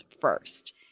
first